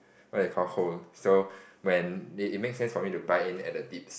what they call hold so when it makes sense for me to buy in at the dips